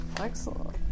Excellent